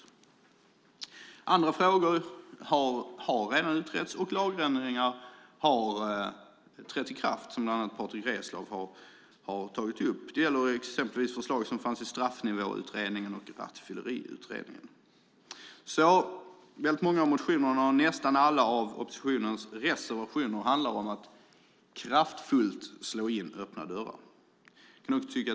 Ytterligare andra frågor har utretts och lagändringar har trätt i kraft, vilket bland annat Patrick Reslow tagit upp. Det gäller exempelvis de förslag som fanns i Straffnivåutredningen och i Rattfylleriutredningen. Väldigt många av motionerna och nästan alla oppositionens reservationer handlar om att kraftfullt slå in öppna dörrar.